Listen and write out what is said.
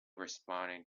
responding